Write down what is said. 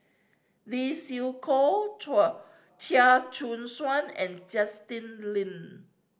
Lee Siew Choh Chia Choo Suan and Justin Lean